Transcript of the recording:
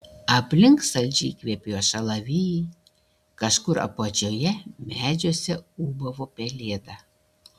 aplink saldžiai kvepėjo šalavijai kažkur apačioje medžiuose ūbavo pelėda